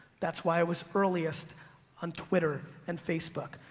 that's why i was earliest on twitter and facebook.